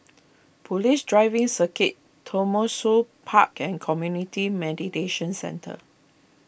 Police Driving Circuit Tembusu Park and Community meditation Centre